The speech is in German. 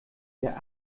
der